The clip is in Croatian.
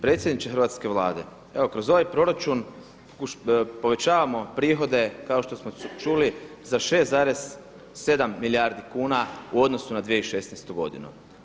Predsjedniče hrvatske vlade, evo kroz ovaj proračun povećavamo prihode kao što smo čuli za 6,7 milijardi kuna u odnosu na 2016. godinu.